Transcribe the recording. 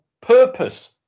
purpose